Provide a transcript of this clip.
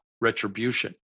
retribution